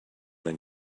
then